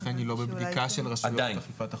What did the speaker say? לכן היא לא בבדיקה של רשויות אכיפת החוק.